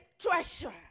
treasure